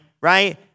right